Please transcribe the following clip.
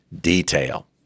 detail